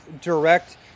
direct